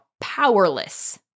powerless